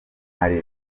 marley